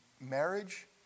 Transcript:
marriage